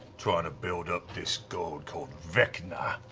trying to build up this god called vecna.